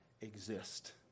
exist